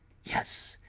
yes.